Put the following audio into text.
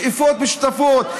שאיפות משותפות,